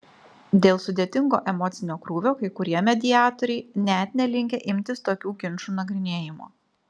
dėl sudėtingo emocinio krūvio kai kurie mediatoriai net nelinkę imtis tokių ginčų nagrinėjimo